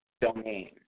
domain